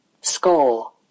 Score